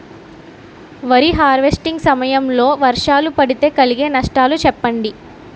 వరి హార్వెస్టింగ్ సమయం లో వర్షాలు పడితే కలిగే నష్టాలు చెప్పండి?